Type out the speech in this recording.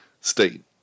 state